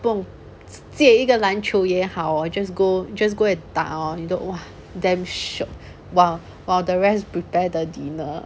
不懂借一个篮球也好 orh just go just go and 打 orh you damn shiok while while the rest prepare the dinner